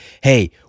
Hey